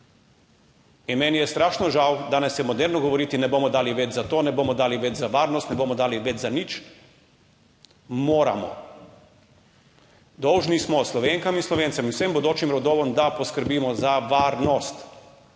In meni je strašno žal, danes je moderno govoriti, ne bomo dali več za to, ne bomo dali več za varnost, ne bomo dali več za nič, moramo. Dolžni smo Slovenkam in Slovencem in vsem bodočim rodovom, da poskrbimo za varnost